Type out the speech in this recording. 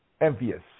envious